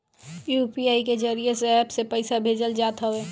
UPI के जरिया से एप्प से पईसा भेजल जात हवे